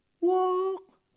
walk